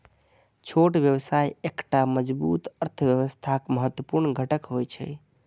छोट व्यवसाय एकटा मजबूत अर्थव्यवस्थाक महत्वपूर्ण घटक होइ छै